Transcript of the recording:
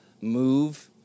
move